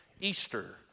Easter